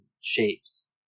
shapes